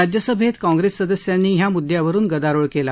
राज्यसभेत काँग्रेस सदस्यांनी ह्या मुद्यावरुन गदारोळ केला